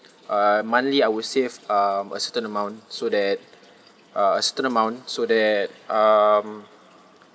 uh monthly I will save um a certain amount so that uh a certain amount so that um